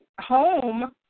home